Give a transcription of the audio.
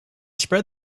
spread